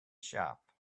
shop